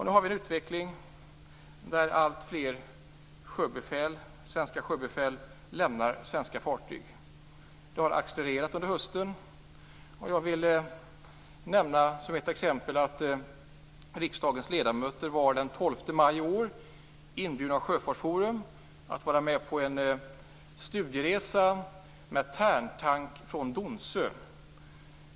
Nu har vi en utveckling där alltfler svenska sjöbefäl lämnar svenska fartyg. Denna utveckling har accelererat under hösten. Jag vill som exempel nämna att riksdagens ledamöter den 12 maj i år var inbjudna av Sjöfartsforum att vara med på en studieresa med rederiet Tärntank från Donsö.